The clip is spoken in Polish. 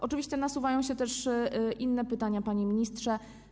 Oczywiście nasuwają się też inne pytania, panie ministrze.